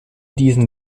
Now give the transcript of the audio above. diesen